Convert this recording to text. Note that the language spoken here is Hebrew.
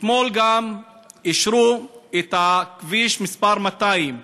אתמול גם אישרו את כביש מס' 200,